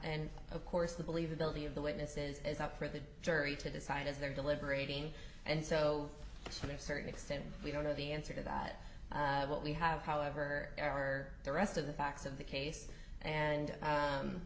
and of course the believability of the witnesses as up for the jury to decide as they're deliberating and so on a certain extent we don't know the answer to that what we have however are the rest of the facts of the case and